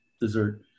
dessert